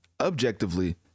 objectively